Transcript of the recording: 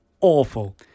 awful